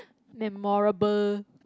memorable